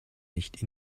nicht